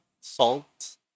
Salt